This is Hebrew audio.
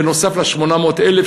בנוסף ל-800,000,